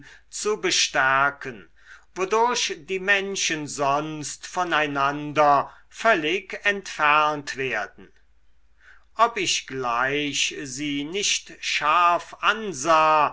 zu bestärken wodurch die menschen sonst voneinander völlig entfernt werden ob ich gleich sie nicht scharf ansah